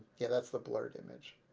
yeah that's the blurred image.